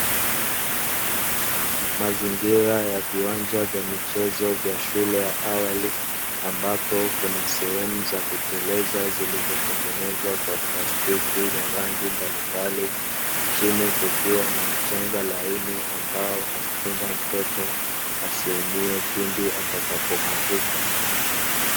Mazingira ya viwanja vya michezo vya shule ya awali ambapo kuna sehemu za kuteleza zilizotengenezwa kwa plastiki ya rangi mbalimbali, chini kukiwa na mchanga laini ambao humkinga mtoto asiumie pindi atakapoanguka.